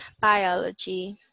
biology